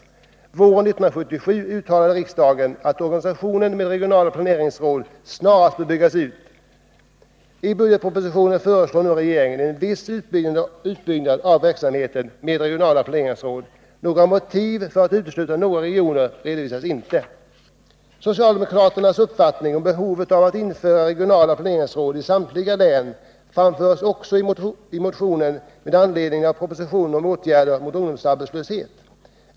Våren 1977 uttalade riksdagen att organisationen med regionala planeringsråd snarast bör byggas ut. i I budgetpropositionen föreslår nu regeringen en viss utbyggnad av verksamheten med regionala planeringsråd. Några motiv för att utesluta vissa regioner redovisas inte. Socialdemokraternas uppfattning om behovet av att införa regionala planeringsråd i samtliga län framfördes också i motionen med anledning av propositionen om åtgärder mot ungdomsarbetslöshet.